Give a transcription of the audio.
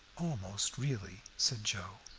almost really, said joe.